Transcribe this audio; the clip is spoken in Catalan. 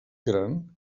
gran